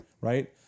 Right